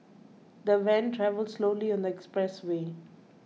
the van travelled slowly on the expressway